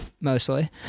mostly